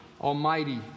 Almighty